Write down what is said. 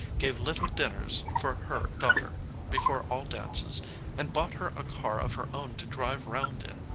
gave little diners for her daughter before all dances and bought her a car of her own to drive round in,